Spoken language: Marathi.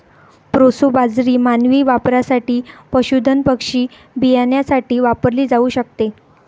प्रोसो बाजरी मानवी वापरासाठी, पशुधन पक्षी बियाण्यासाठी वापरली जाऊ शकते